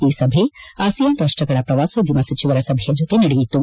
ಈ ಸಭೆ ಆಸಿಯಾನ್ ರಾಷ್ಟಗಳ ಪ್ರವಾಸೋದ್ಯಮ ಸಚಿವರ ಸಭೆಯ ಜೊತೆ ನಡೆಯಿತು